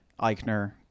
Eichner